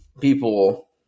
people